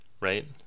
right